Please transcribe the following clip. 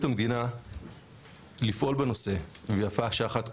המדינה לפעול בנושא ויפה שעה אחת קודם.